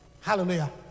Hallelujah